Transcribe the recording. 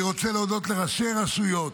אני רוצה להודות לראשי רשויות,